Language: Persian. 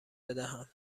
بدهم